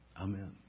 Amen